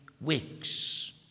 weeks